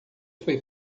foi